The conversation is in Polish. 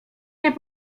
nie